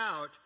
out